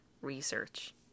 research